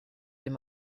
dem